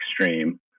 extreme